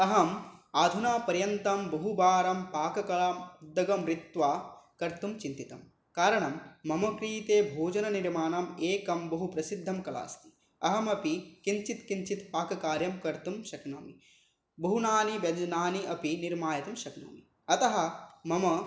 अहम् अधुनापर्यन्तं बहुवारं पाककलां उद्योगरीत्या कर्तुं चिन्तितं कारणं मम कृते भोजननिर्माणम् एकं बहुप्रसिद्धं कला अस्ति अहमपि किञ्चित् किञ्चित् पाककार्यं कर्तुं शक्नोमि बहूनि व्यञ्जनानि अपि निर्मातुं शक्नोमि अतः मम